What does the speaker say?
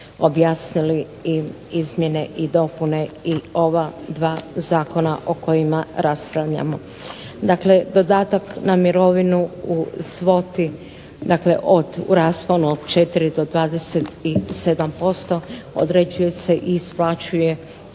objasnili i izmjene i dopune i ova dva zakona o kojima raspravljamo. Dakle dodatak na mirovinu u svoti, u rasponu od 4 do 27% određuje se i isplaćuje